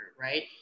right